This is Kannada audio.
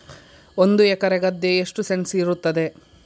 ಒಂದು ಎಕರೆ ಗದ್ದೆ ಎಷ್ಟು ಸೆಂಟ್ಸ್ ಇರುತ್ತದೆ?